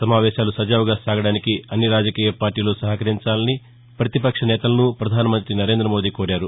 సమావేశాలు సజావుగా సాగడానికి అన్ని రాజకీయ పార్టీలు సహకరించాలని పతిపక్ష నేతలను పధాన మంతి నరేంద్ర మోదీ కోరారు